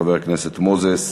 חבר הכנסת מוזס,